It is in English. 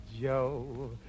Joe